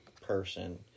person